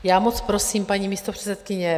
Já moc prosím, paní místopředsedkyně.